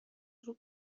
روی